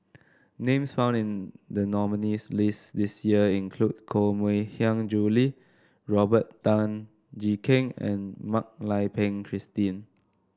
names found in the nominees' list this year include Koh Mui Hiang Julie Robert Tan Jee Keng and Mak Lai Peng Christine